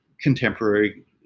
contemporary